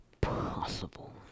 possible